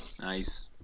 Nice